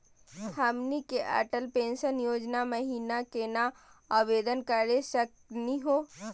हमनी के अटल पेंसन योजना महिना केना आवेदन करे सकनी हो?